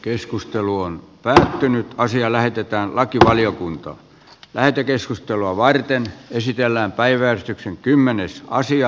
keskustelu on päätynyt asia lähetetään lakivaliokuntaan lähetekeskustelua varten ysitiellä on päivätty tekemässä jotain